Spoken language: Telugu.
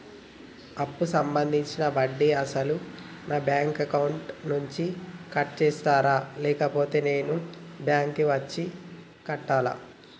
అప్పు సంబంధించిన వడ్డీని అసలు నా బ్యాంక్ అకౌంట్ నుంచి కట్ చేస్తారా లేకపోతే నేను బ్యాంకు వచ్చి కట్టాలా?